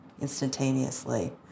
instantaneously